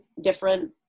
different